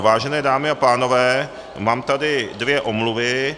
Vážené dámy a pánové, mám tady dvě omluvy.